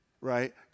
right